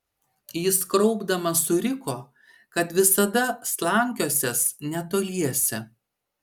jis kraupdamas suriko kad visada slankiosiąs netoliese